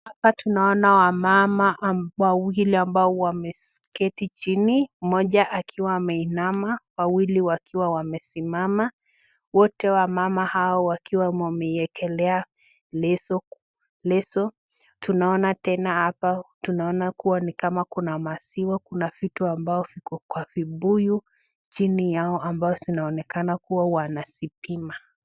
Hapa tunaona wamama wawili ambao wameketi chini, moja akiwa ameinama, wawili wakiwa wamesimama, wote wamama hao wakiwa wameiekelea leso, leso, tunaona tena hapa, tunaona kuwa kuna maziwa, kuna vitu ambavyo viko kwa vibuyu chini yao ambao zinaonekana kuwa wanazipima.